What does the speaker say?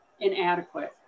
inadequate